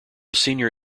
senior